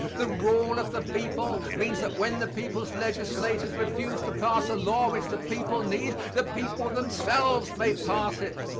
the rule of the people means that when the people's legislators refuse to pass a law which the people need, the people themselves may pass it.